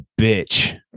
bitch